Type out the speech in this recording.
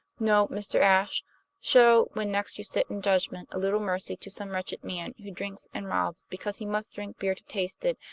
no, mr. ashe show, when next you sit in judgment, a little mercy to some wretched man who drinks and robs because he must drink beer to taste it,